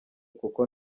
kuko